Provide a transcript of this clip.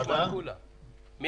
אני